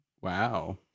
Wow